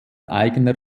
eigener